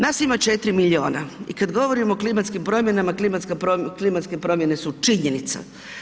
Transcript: Nas ima 4 milijuna i kad govorimo o klimatskim promjenama, klimatske promjene su činjenica.